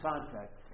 contact